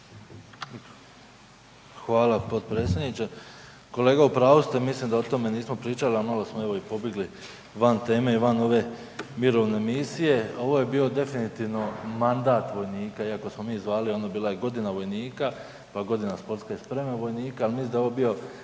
Hvala potpredsjedniče. Kolega, u pravu ste, mislim da o tome nismo pričali, a malo smo evo i pobjegli van teme i van ove mirovne misije. Ovo je bio definitivno mandat vojnika iako smo mi zvali ono bila je godina vojnika, pa godina sportske spreme vojnika, al mislim da je ovo bio